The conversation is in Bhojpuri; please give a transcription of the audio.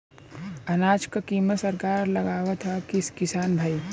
अनाज क कीमत सरकार लगावत हैं कि किसान भाई?